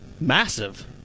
Massive